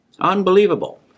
Unbelievable